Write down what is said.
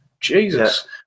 Jesus